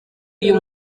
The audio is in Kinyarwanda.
uyu